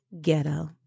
ghetto